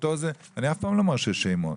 אני אף פעם לא מרשה שמות.